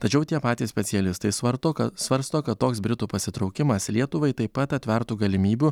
tačiau tie patys specialistai svarto ka svarsto kad toks britų pasitraukimas lietuvai taip pat atvertų galimybių